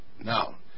Now